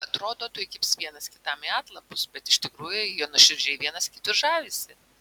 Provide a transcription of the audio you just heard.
atrodo tuoj kibs vienas kitam į atlapus bet iš tikrųjų jie nuoširdžiai vienas kitu žavisi